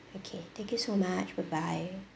okay thank you so much bye bye